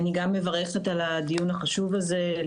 אני גם מברכת על הדיון החשוב הזה.